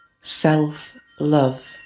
Self-love